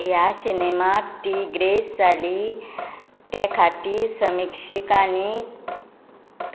ह्या सिनेमांत ती ग्रेस जाल्ली ते खातीर समिक्षकांनी